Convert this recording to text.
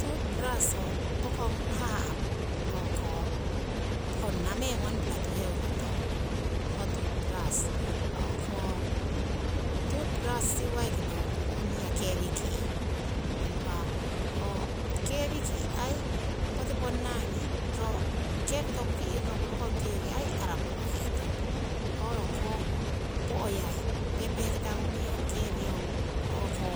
Toothbrush ho pokong haha' o'ko honna meng, wanpla tuheuro tong, ho toothbrush. Toothbrush siuwaiki nohungkung ong hiya kewi ki'. impa ho kewi ki' aii poti ponnangi ro kewi aii toku ki' rorowoku rokong kewi ai araporohetong, ho ongkoh po'yai pehpehkitangung ong kewi ong o'ko